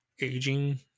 aging